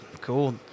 cool